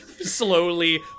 slowly